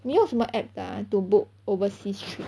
你用什么 app 的 ah to book overseas trip